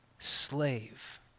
slave